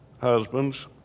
husbands